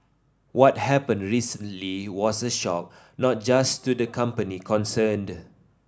what happened recently was a shock not just to the company concerned